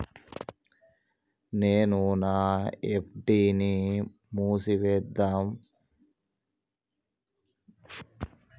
నేను నా ఎఫ్.డి ని మూసివేద్దాంనుకుంటున్న